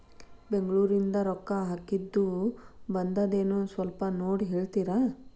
ಬೆಂಗ್ಳೂರಿಂದ ರೊಕ್ಕ ಹಾಕ್ಕಿದ್ದು ಬಂದದೇನೊ ಸ್ವಲ್ಪ ನೋಡಿ ಹೇಳ್ತೇರ?